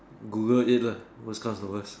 Google it lah worse come to worst